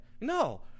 No